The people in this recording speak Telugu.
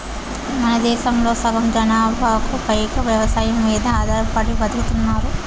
మనదేశంలో సగం జనాభాకు పైగా వ్యవసాయం మీద ఆధారపడి బతుకుతున్నారు